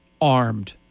armed